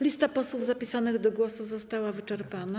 Lista posłów zapisanych do głosu została wyczerpana.